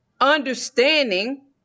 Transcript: understanding